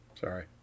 Sorry